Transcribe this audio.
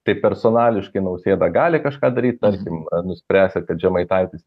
tai personališkai nausėda gali kažką daryt tarkim nuspręsti kad žemaitaitis